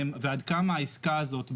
ועד כמה העסקה הזאת בעייתית,